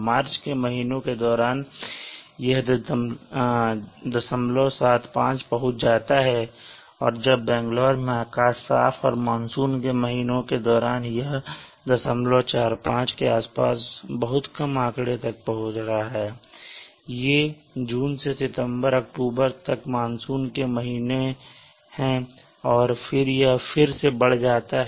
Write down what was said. मार्च के महीनों के दौरान यह 075 तक पहुंच रहा है जब बैंगलोर में आकाश साफ है और मानसून के महीनों के दौरान यह 045 के आसपास बहुत कम आंकड़े तक पहुंच रहा है ये जून से सितंबर अक्टूबर तक मानसून के महीने हैं और फिर यह फिर से बढ़ जाता है